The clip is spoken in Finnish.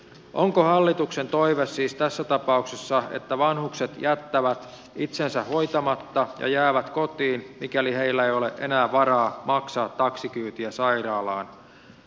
onko hallituksen toive siis tässä tapauksessa että vanhukset jättävät itsensä hoitamatta ja jäävät kotiin mikäli heillä ei ole enää varaa maksaa taksikyytiä sairaalaan